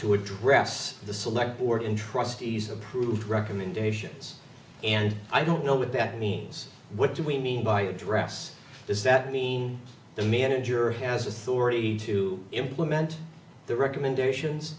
to address the select board in trustees approved recommendations and i don't know what that means what do we mean by address does that mean the manager has authority to implement the recommendations